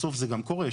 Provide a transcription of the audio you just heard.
בסוף זה גם קורה.